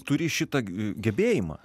turi šitą g gebėjimą